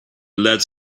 lead